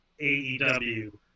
AEW